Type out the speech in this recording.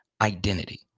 identity